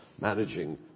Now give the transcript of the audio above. managing